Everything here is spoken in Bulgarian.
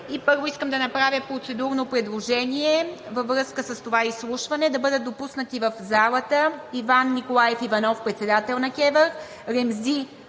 Първо, искам да направя процедурно предложение: във връзка с това изслушване в залата да бъдат допуснати Иван Николаев Иванов – председател на КЕВР, Ремзи Дурмуш